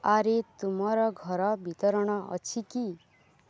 ଆରେ ତୁମର ଘର ବିତରଣ ଅଛି କି